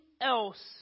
else